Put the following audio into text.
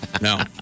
No